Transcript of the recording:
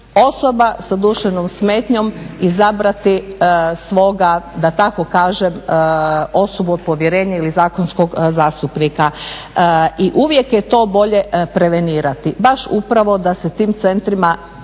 osoba sa duševnom smetnjom izabrati svoga, da tako kažem, osobu od povjerenja ili zakonskog zastupnika. I uvijek je to bolje prevenirati, baš upravo da se tim centrima prije